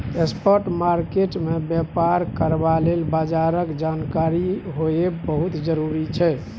spot market मे बेपार करबा लेल बजारक जानकारी होएब बहुत जरूरी छै